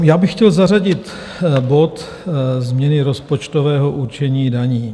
Já bych chtěl zařadit bod Změny rozpočtového určení daní.